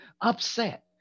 upset